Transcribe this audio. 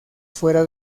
fuera